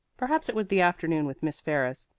perhaps it was the afternoon with miss ferris,